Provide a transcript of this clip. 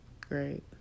great